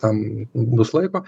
tam bus laiko